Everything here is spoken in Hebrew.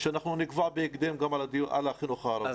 אני מבקש שנקבע בהקדם מועד לדיון גם על החינוך הערבי.